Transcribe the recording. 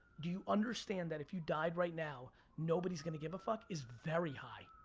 do you understand that if you died right now nobody's gonna give a fuck is very high.